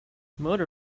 motor